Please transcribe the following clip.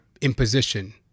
imposition